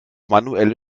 manuelle